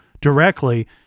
directly